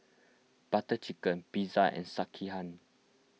Butter Chicken Pizza and Sekihan